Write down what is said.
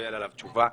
לקבל עליו תשובה.